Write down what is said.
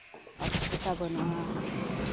ᱚᱥᱩᱵᱤᱫᱷᱟ ᱵᱟᱹᱱᱩᱜᱼᱟ